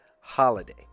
holiday